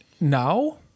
now